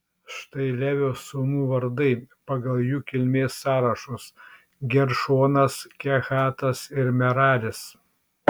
štai levio sūnų vardai pagal jų kilmės sąrašus geršonas kehatas ir meraris